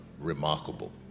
remarkable